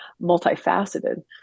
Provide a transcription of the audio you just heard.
multifaceted